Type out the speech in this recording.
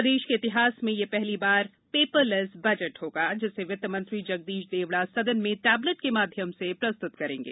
प्रदेश के इतिहास में यह पहली बार पेपरलैस बजट होगा जिसे वित्त मंत्री जगदीश देवड़ा सदन में टैबलेट के माध्यम से प्रस्तुत करेंगे